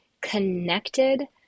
connected